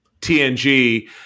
TNG